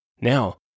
Now